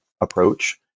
approach